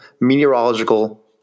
Meteorological